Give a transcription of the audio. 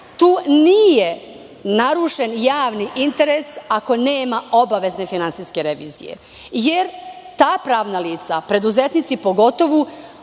Tu nije narušen javni interes ako nema obavezne finansijske revizije, jer ta pravna lica, pogotovo